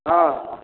हँ